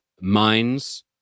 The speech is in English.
mines